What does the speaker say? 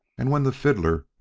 and when the fiddler,